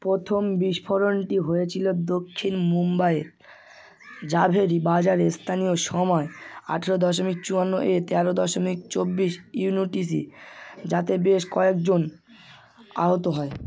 প্রথম বিস্ফোরণটি হয়েছিল দক্ষিণ মুম্বাইয়ে জাভেরি বাজারে স্থানীয় সময় আঠেরো দশমিক চুয়ান্ন এ তেরো দশমিক চব্বিশ ইউনোটিসি যাতে বেশ কয়েকজন আহত হয়